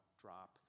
drop